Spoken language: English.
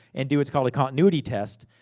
and do what's called a continuity test.